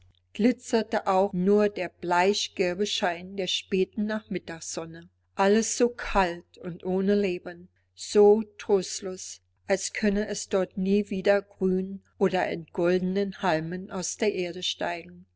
glitzerte auch nur der bleichgelbe schein der späten nachmittagssonne alles so kalt und ohne leben so trostlos als könne es dort nie wieder grün oder in goldenen halmen aus der erde steigen